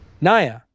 Naya